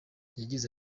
yagize